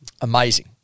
Amazing